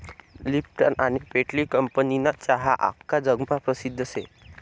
Lipton आनी पेटली कंपनीना चहा आख्खा जगमा परसिद्ध शे